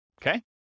okay